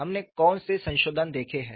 हमने कौन से संशोधन देखे हैं